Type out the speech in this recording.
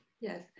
Yes